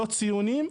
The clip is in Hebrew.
לא ציונים.